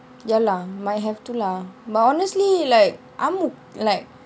ya lah might have to lah but honestly like I'm okay like